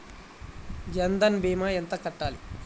జన్ధన్ భీమా ఎంత కట్టాలి?